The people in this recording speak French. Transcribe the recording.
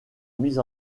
mise